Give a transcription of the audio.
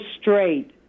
straight